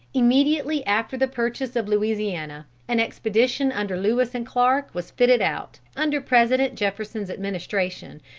immediately after the purchase of louisiana, an expedition under lewis and clark was fitted out, under president jefferson's administration,